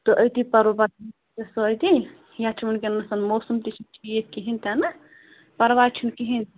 تہٕ أتی پرو پَتہٕ أتی یتھ چھُ وُنکنَس موسم تہِ چھُنہٕ ٹھیٖک کِہیٖنٛۍ تہِ نہٕ پرواے چھُنہٕ کِہیٖنٛۍ